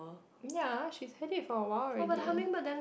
ya she hate it for awhile already